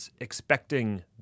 expecting